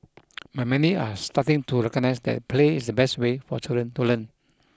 but many are starting to recognise that play is the best way for children to learn